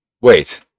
Wait